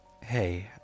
Hey